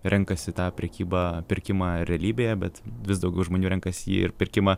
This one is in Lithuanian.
renkasi tą prekybą pirkimą realybėje bet vis daugiau žmonių renkas jį ir pirkimą